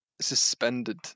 suspended